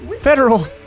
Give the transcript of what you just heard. federal